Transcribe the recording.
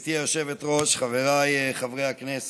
גברתי היושבת-ראש, חבריי חברי הכנסת,